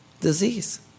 disease